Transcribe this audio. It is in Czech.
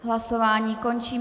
Hlasování končím.